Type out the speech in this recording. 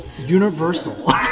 universal